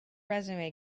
resume